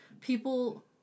people